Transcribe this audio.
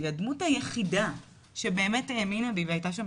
שהיא הדמות היחידה שבאמת האמינה לי והייתה שם